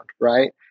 right